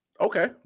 Okay